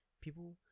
People